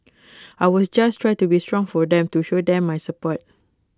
I was just try to be strong for them to show them my support